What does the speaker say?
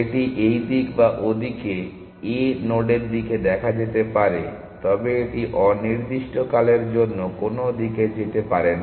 এটি এই দিক বা ওদিকে a নোডের দিকে দেখা যেতে পারে তবে এটি অনির্দিষ্টকালের জন্য কোনও দিকে যেতে পারে না